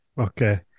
okay